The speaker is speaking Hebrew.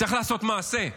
צריך לעשות מעשה.